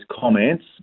comments